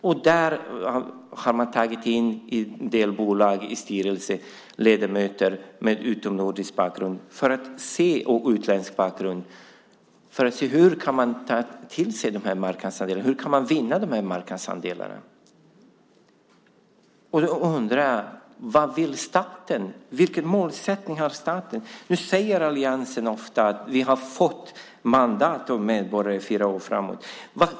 I en del bolag har man i styrelsen tagit in ledamöter med utländsk bakgrund för att se hur man kan ta till sig de här marknadsandelarna. Hur kan man vinna de här marknadsandelarna? Jag undrar vad staten vill. Vilken målsättning har staten? Alliansen säger ofta att man har fått mandat av medborgarna för fyra år framåt.